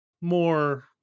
more